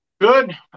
Good